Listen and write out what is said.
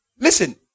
Listen